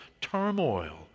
turmoil